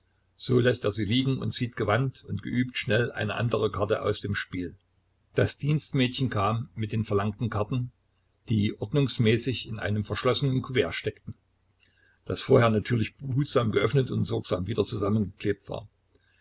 so läßt er sie liegen und zieht gewandt und geübt schnell eine andere karte aus dem spiel das dienstmädchen kam mit den verlangten karten die ordnungsmäßig in einem verschlossenen kuvert steckten das vorher natürlich behutsam geöffnet und sorgsam wieder zusammengeklebt war